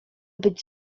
być